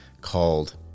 called